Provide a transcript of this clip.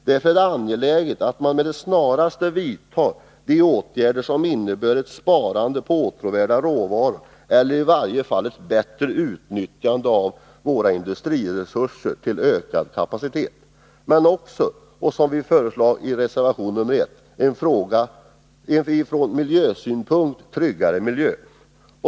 Därför är det angeläget att man med det snaraste vidtar de åtgärder som innebär ett sparande när det gäller åtråvärda varor eller i varje fall ett bättre utnyttjande av våra industriresurser till ökad kapacitet, men också, som vi framhåller i reservation 1, en från miljösynpunkt tryggare miljö.